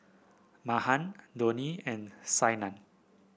Mahan Dhoni and Saina